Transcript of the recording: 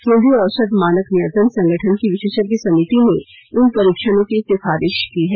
केन्द्रीय औषध मानक नियंत्रण संगठन की विशेषज्ञ समिति ने इन परीक्षणों की सिफारिश की है